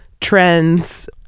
trends